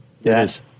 Yes